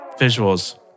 visuals